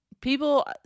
People